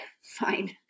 fine